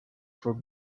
for